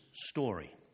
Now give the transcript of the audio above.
story